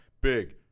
Big